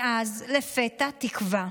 ואז, לפתע, תקווה.